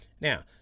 now